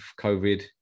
COVID